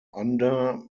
under